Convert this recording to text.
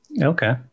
Okay